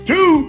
Two